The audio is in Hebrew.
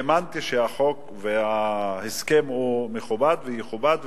האמנתי שהחוק וההסכם הוא מכובד ויכובד,